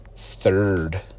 Third